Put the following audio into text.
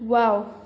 wow